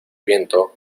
viento